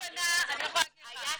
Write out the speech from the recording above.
אני יכולה להגיד לך,